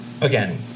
again